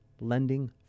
lending